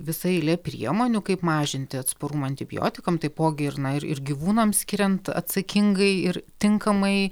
visa eilė priemonių kaip mažinti atsparumą antibiotikam taipogi ir na ir gyvūnams skiriant atsakingai ir tinkamai